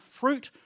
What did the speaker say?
fruit